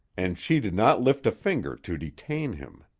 and she did not lift a finger to detain him.